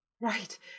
Right